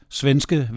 svenske